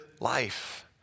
life